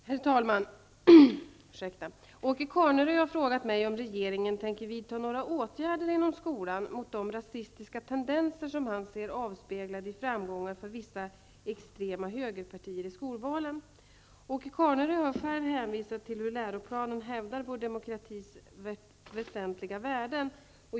Herr talman! Åke Carnerö har frågat mig om regeringen tänker vidta några åtgärder inom skolan mot de rasistiska tendenser som han ser avspeglade i framgångar för vissa extrema högerpartier i skolvalen. Åke Carnerö har själv hänvisat till hur läroplanen hävdar vår demokratis väsentliga värden.